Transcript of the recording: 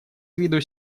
виду